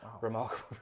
remarkable